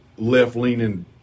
left-leaning